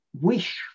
wish